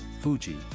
Fuji